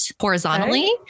horizontally